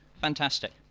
Fantastic